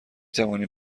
توانیم